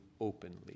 openly